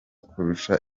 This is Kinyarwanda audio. kurusha